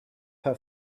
her